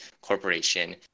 corporation